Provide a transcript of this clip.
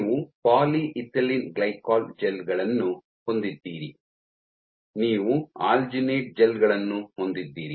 ನೀವು polyethylene glycol gel ಗಳನ್ನು ಹೊಂದಿದ್ದೀರಿ ನೀವು ಆಲ್ಜಿನೇಟ್ ಜೆಲ್ ಗಳನ್ನು ಹೊಂದಿದ್ದೀರಿ